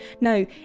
no